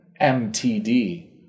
MTD